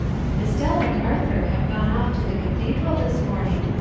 estelle and arthur have gone off to the cathedral this morning.